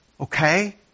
okay